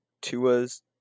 Tua's